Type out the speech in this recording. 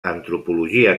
antropologia